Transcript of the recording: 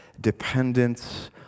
dependence